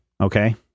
Okay